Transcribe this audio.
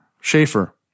Schaefer